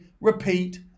repeat